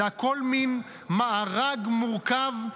זה הכול מין מארג מורכב.